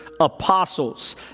apostles